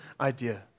idea